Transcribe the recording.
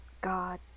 god